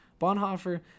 Bonhoeffer